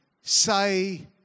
say